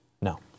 No